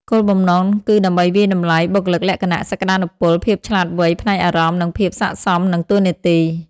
គោលបំណងគឺដើម្បីវាយតម្លៃ បុគ្គលិកលក្ខណៈ សក្តានុពល ភាពឆ្លាតវៃផ្នែកអារម្មណ៍ និងភាពស័ក្តិសមនឹងតួនាទី។